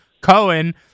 Cohen